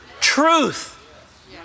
Truth